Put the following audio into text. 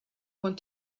want